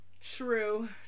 True